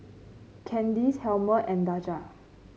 Candyce Helmer and Daja